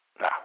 no